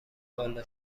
والا